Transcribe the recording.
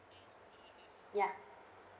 yeah